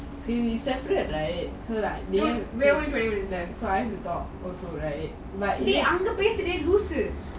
if we separate like so I have to talk